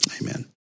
Amen